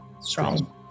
strong